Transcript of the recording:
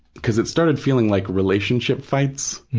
because it started feeling like relationship fights,